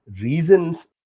reasons